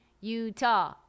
Utah